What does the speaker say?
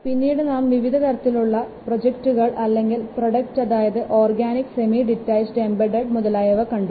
പിന്നീട് നാം വിവിധ തരത്തിലുള്ള ഉള്ള പ്രോജക്റ്റുകൾ അല്ലെങ്കിൽ പ്രോഡക്റ്റ് അതായത് ഓർഗാനിക് സെമി ഡിറ്റാച്ചഡ് എംബഡഡ് മുതലായവ കണ്ടു